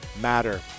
matter